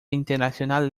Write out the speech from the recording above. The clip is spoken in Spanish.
internacional